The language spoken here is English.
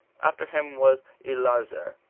after him was eleazar,